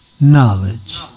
knowledge